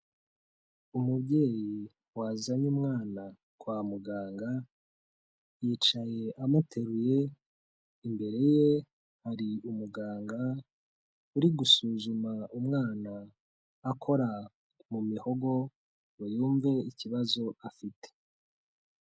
Umubyeyi wazanye umwana kwa muganga yicaye amuteruye, imbere ye hari umuganga uri gusuzuma umwana akora mu mihogo ngo yumve ikibazo afite.